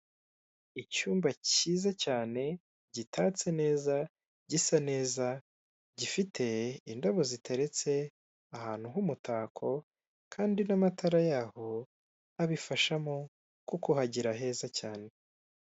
Umuhanda mwiza kandi ufite isuku bashyizeho akayira k'abanyamaguru gahagije, bamwe baratambuka abandi nabo bagakora imyitozo ngororamubiri, ku mpande hariho inyubako ikorerwamo n'ikigo cyitwa radiyanti gikora ibigendanye n'ubwizigame ndetse no kwishinganisha.